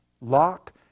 Lock